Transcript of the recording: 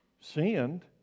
sinned